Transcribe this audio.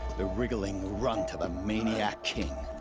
the wriggling runt of a maniac king.